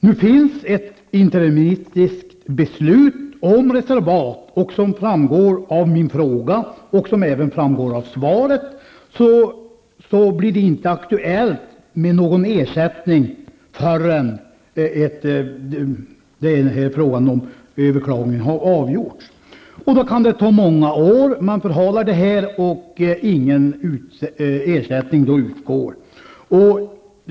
Nu finns ett interimistiskt beslut om ett reservat. Som framgår av min fråga och som även framgår av svaret blir det inte aktuellt med någon ersättning förrän överklagandet har avgjorts, och det kan ta många år. Man förhalar frågan, och ingen ersättning utgår.